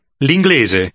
l'inglese